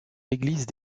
l’église